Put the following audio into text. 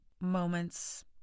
moments